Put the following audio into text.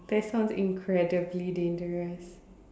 that sounds incredibly dangerous